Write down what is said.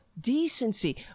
decency